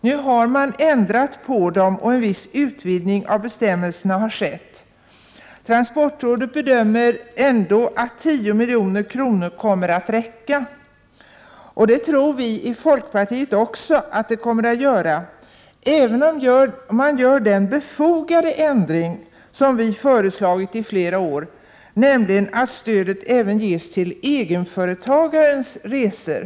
Nu har man ändrat dem och en viss utvidgning av bestämmelserna har skett. Transportrådet bedömer ändå att 10 milj.kr. kommer att räcka. Det tror vi i folkpartiet också, även om man gör den befogade ändring som vi har föreslagit i flera år, nämligen att stödet även ges till egenföretagares resor.